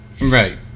Right